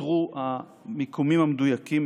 אותרו המיקומים המדויקים,